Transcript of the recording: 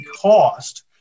cost